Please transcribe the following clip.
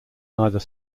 neither